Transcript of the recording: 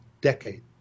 decade